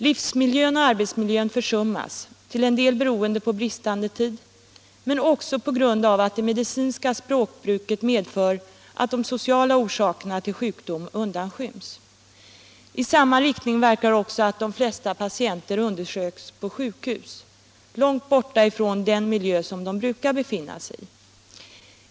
Livsmiljön och arbetsmiljön försummas, till en del beroende på bristande tid men också på att det medicinska språkbruket medför att de sociala orsakerna till sjukdom undanskyms. I samma riktning verkar att de flesta patienter undersöks på sjukhus, långt borta från den miljö som de brukar befinna sig i.